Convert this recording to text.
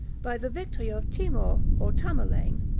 by the victory of timour or tamerlane,